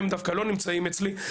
הם דווקא לא נמצאים אצלי.